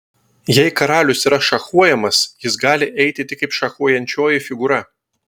jei karalius yra šachuojamas jis gali eiti tik kaip šachuojančioji figūra